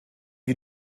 you